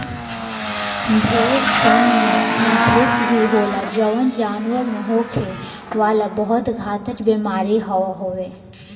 भेड़सन में एंथ्रेक्स भी होला जवन जानवर में होखे वाला बहुत घातक बेमारी हवे